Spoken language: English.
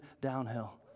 downhill